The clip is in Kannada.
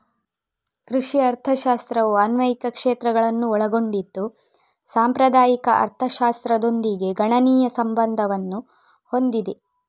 ಕೃಷಿ ಅರ್ಥಶಾಸ್ತ್ರವು ಅನ್ವಯಿಕ ಕ್ಷೇತ್ರಗಳನ್ನು ಒಳಗೊಂಡಿದ್ದು ಸಾಂಪ್ರದಾಯಿಕ ಅರ್ಥಶಾಸ್ತ್ರದೊಂದಿಗೆ ಗಣನೀಯ ಸಂಬಂಧವನ್ನು ಹೊಂದಿದೆ